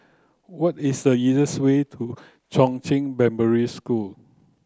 what is the easiest way to Chongzheng Primary School